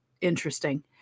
interesting